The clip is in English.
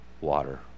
water